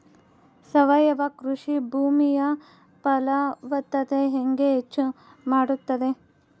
ಸಾವಯವ ಕೃಷಿ ಭೂಮಿಯ ಫಲವತ್ತತೆ ಹೆಂಗೆ ಹೆಚ್ಚು ಮಾಡುತ್ತದೆ?